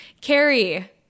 Carrie